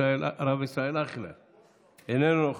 הרב ישראל אייכלר, אינו נוכח,